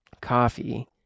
coffee